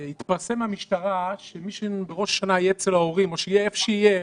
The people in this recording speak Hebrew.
התפרסם במשטרה שמי שבראש השנה יהיה אצל ההורים או יהיה איפה שיהיה,